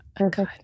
Okay